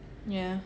ya